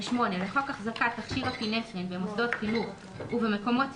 ו-8 לחוק החזקת תכשיר אפינפרין במוסדות חינוך ובמקומות ציבוריים,